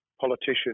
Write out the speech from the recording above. politician